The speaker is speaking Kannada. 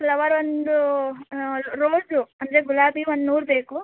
ಫ್ಲವರ್ ಒಂದು ರೋಸು ಅಂದರೆ ಗುಲಾಬಿ ಒಂದು ನೂರು ಬೇಕು